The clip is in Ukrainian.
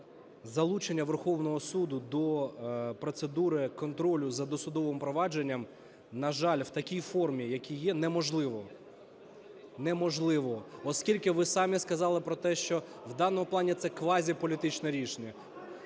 залучення Верховного Суду до процедури контролю за досудовим провадженням, на жаль, в такій формі, в якій є, неможливо. Неможливо. Оскільки ви самі сказали про те, що в даному плані це квазіполітичне рішення.